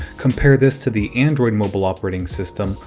compare this to the android mobile operating system,